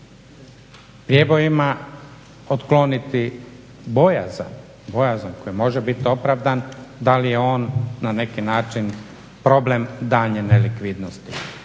prijebojima otkloniti bojazan, bojazan koji može bit opravdan. Da li je on na neki način problem daljnje nelikvidnosti.